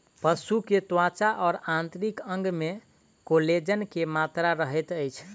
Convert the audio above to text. पशु के त्वचा और आंतरिक अंग में कोलेजन के मात्रा रहैत अछि